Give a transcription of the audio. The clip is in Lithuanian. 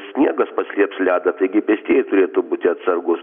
sniegas paslėps ledą taigi pėstieji turėtų būti atsargūs